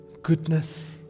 goodness